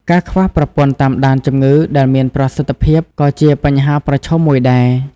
ការខ្វះប្រព័ន្ធតាមដានជំងឺដែលមានប្រសិទ្ធភាពក៏ជាបញ្ហាប្រឈមមួយដែរ។